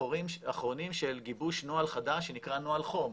אחרונים של גיבוש נוהל חדש שנקרא נוהל חום,